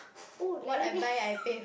oh like